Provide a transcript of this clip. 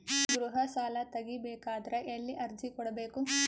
ಗೃಹ ಸಾಲಾ ತಗಿ ಬೇಕಾದರ ಎಲ್ಲಿ ಅರ್ಜಿ ಕೊಡಬೇಕು?